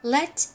Let